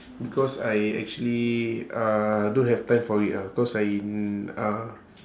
because I actually uh don't have time for it lah because I uh